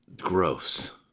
gross